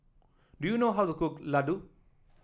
do you know how to cook Laddu